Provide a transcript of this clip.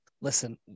Listen